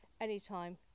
anytime